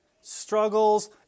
struggles